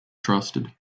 trusted